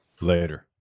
Later